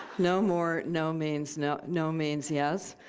no more, no means no no means yes.